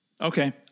Okay